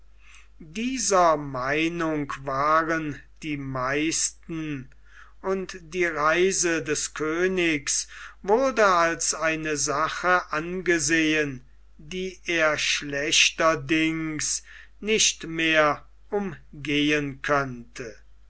dieser meinung waren die meisten und die reise des königs wurde als eine sache angesehen die er schlechterdings nicht mehr umgehen könne